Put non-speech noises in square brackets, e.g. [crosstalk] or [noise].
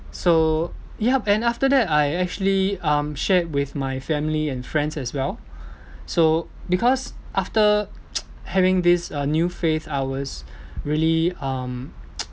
so yup and after that I actually um shared with my family and friends as well so because after [noise] having this uh new faith I was really um [noise]